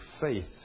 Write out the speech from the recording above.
faith